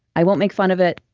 i won't make fun of it,